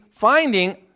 finding